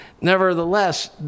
nevertheless